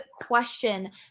question